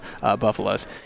Buffaloes